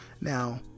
now